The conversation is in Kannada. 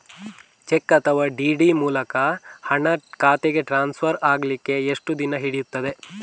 ಚೆಕ್ ಅಥವಾ ಡಿ.ಡಿ ಮೂಲಕ ಹಣ ಖಾತೆಗೆ ಟ್ರಾನ್ಸ್ಫರ್ ಆಗಲಿಕ್ಕೆ ಎಷ್ಟು ದಿನ ಹಿಡಿಯುತ್ತದೆ?